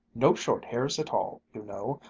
no short hairs at all, you know,